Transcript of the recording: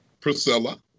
Priscilla